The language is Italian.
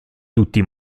tutti